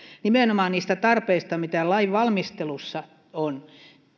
nimenomaan niistä tarpeista käsin mitä lainvalmistelussa on